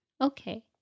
Okay